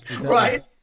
Right